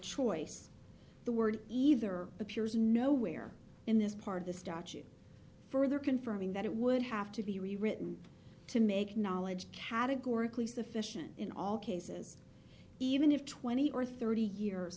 choice the word either appears nowhere in this part of the statute further confirming that it would have to be rewritten to make knowledge categorically sufficient in all cases even if twenty or thirty years